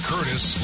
Curtis